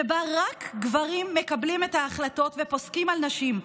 שבה רק גברים מקבלים את ההחלטות ופוסקים על נשים,